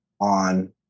on